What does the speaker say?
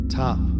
top